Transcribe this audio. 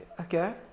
Okay